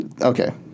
okay